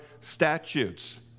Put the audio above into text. statutes